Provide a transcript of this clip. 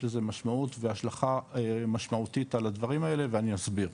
יש לזה משמעות והשלכה משמעותית על הדברים האלה ואני אסביר.